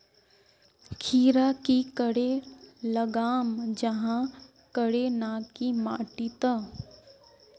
खीरा की करे लगाम जाहाँ करे ना की माटी त?